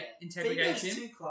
integration